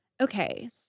Okay